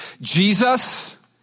Jesus